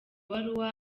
baruwa